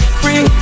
free